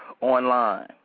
online